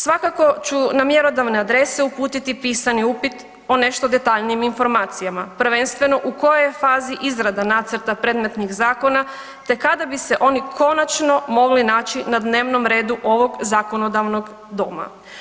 Svakako ću na mjerodavne adrese uputiti pisani upit o nešto detaljnijim informacijama, prvenstveno u kojoj je fazi izrada nacrta predmetnih zakona te kada bi se oni konačno mogli naći na dnevnom redu ovog zakonodavnog doma.